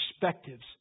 perspectives